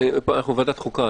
אנחנו ועדת חוקה.